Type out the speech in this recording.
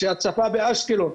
הצפה באשקלון.